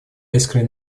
искренне